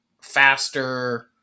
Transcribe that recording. Faster